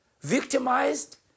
victimized